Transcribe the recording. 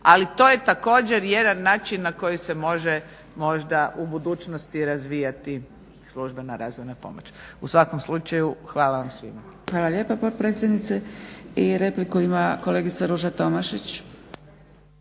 Ali to je također i jedan način na koji se može možda u budućnosti razvijati službena razvojna pomoć. U svakom slučaju hvala vam svima. **Zgrebec, Dragica (SDP)** Hvala lijepa potpredsjednice. I repliku ima kolegica Ruža Tomašić.